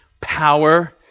power